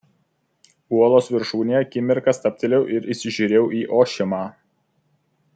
uolos viršūnėje akimirką stabtelėjau ir įsižiūrėjau į ošimą